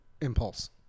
Impulse